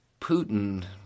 Putin